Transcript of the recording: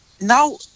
now